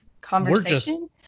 Conversation